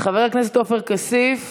חבר הכנסת עופר כסיף,